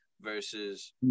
versus